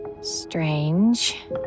strange